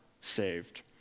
saved